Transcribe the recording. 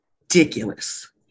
ridiculous